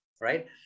right